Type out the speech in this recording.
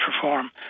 perform